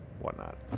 whatnot